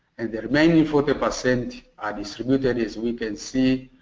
and the remaining forty percent are distributed as we can see